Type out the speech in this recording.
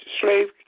slave